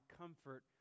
comfort